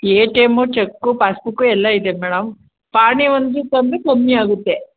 A T M cheque passbook ಎಲ್ಲ ಇದೆ madam ಪಹಣಿ ಒಂದು ತಂದರೆ ಕಮ್ಮಿ ಆಗುತ್ತೆ